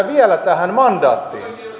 vielä tähän mandaattiin